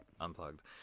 Unplugged